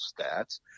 stats